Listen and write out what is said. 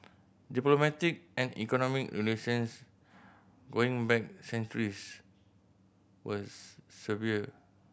diplomatic and economic relations going back centuries was severed